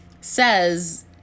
says